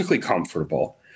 comfortable